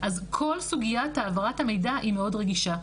אז כל סוגית העברת המידע היא מאוד רגישה.